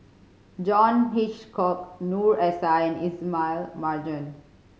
John Hitchcock Noor S I and Ismail Marjan